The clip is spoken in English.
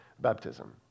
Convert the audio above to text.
baptism